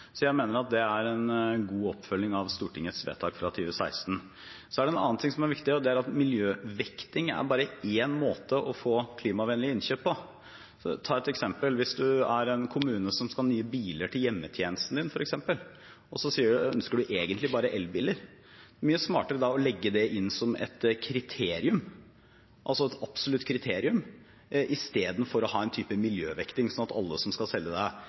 Jeg mener at det er en god oppfølging av Stortingets vedtak fra 2016. Noe annet som er viktig, er at miljøvekting er bare én måte å få klimavennlige innkjøp på. La meg ta et eksempel: Hvis en kommune skal ha nye biler til hjemmetjenesten sin, og man egentlig ønsker bare elbiler, er det mye smartere å legge det inn som et kriterium, altså et absolutt kriterium, enn å ha en miljøvekting, som gjør at alle som vil selge hybridbiler eller litt mer miljøvennlige bensinbiler, også leverer inn anbud. Eg er heilt einig i det